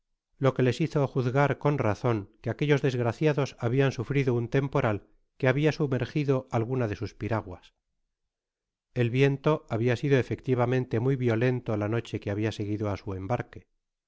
lo que les hizo juzgar con razon que aquellos desgraciados habian sufrido un temporal que habia sumergido alguna de sus piraguas el viento habia sido efectivamente muy violento la noche que habia seguido á su embarque sin